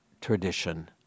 tradition